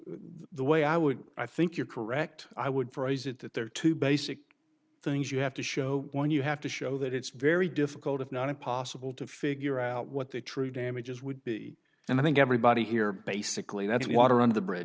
the way i would i think you're correct i would for is it that there are two basic things you have to show one you have to show that it's very difficult if not impossible to figure out what the true damages would be and i think everybody here basically that's water under the bridge